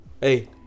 hey